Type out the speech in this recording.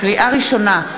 לקריאה ראשונה,